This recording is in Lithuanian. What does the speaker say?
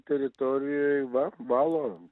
teritorijoj va valo